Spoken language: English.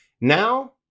Now